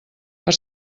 per